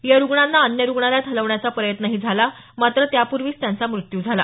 या रुग्णांना अन्य रुग्णालयात हलवण्याचा प्रयत्नही झाला मात्र त्यापूर्वीच त्यांचा मृत्यू झाला